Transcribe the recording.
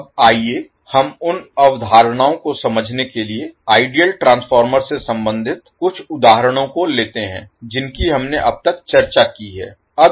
अब आइए हम उन अवधारणाओं को समझने के लिए आइडियल ट्रांसफार्मर से संबंधित कुछ उदाहरणों को लेते हैं जिनकी हमने अब तक चर्चा की है